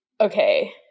okay